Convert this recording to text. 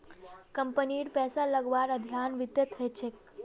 कम्पनीत पैसा लगव्वार अध्ययन वित्तत ह छेक